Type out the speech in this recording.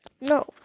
no